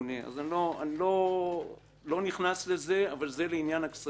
אני לא נכנס לזה, אבל זה לעניין הכספים,